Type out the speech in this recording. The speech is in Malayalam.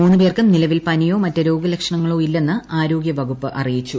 മൂന്നുപേർക്കും നിലവിൽ പനിയോ മറ്റ് രോഗലക്ഷണങ്ങളോ ഇല്ലെന്ന് ആരോഗ്യവകുപ്പ് അറിയിച്ചു